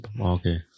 okay